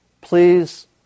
Please